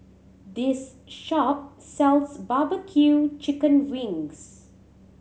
this shop sells bbq chicken wings